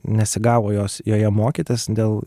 nesigavo jos joje mokytis dėl